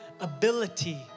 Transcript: ability